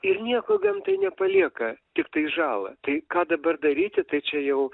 ir nieko gamtai nepalieka tiktai žalą tai ką dabar daryti tai čia jau